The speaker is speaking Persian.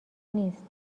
نیست